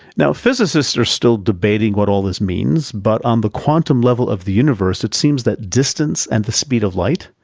now, physicists are still debating what all this means, but on the quantum level of the universe, it seems that distance at and the speed of light,